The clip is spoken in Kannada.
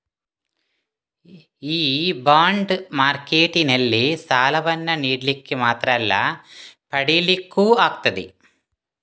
ಈ ಬಾಂಡ್ ಮಾರ್ಕೆಟಿನಲ್ಲಿ ಸಾಲವನ್ನ ನೀಡ್ಲಿಕ್ಕೆ ಮಾತ್ರ ಅಲ್ಲ ಪಡೀಲಿಕ್ಕೂ ಆಗ್ತದೆ